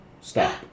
stop